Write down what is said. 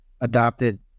adopted